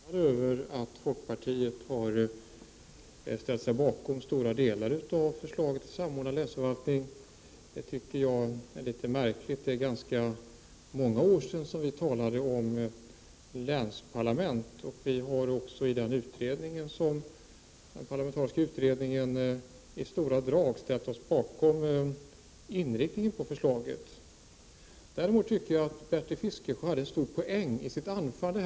Herr talman! Bertil Fiskesjö är förvånad över att folkpartiet har ställt sig bakom stora delar av förslaget till samordnad länsförvaltning. Det tycker jag är litet märkligt. Det är ganska många år sedan vi talade om länsparlament. Vi har också i den parlamentariska utredningen i stora drag ställt oss bakom inriktningen på förslaget. Däremot tycker jag att Bertil Fiskesjö hade en stor poäng i sitt anförande.